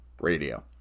radio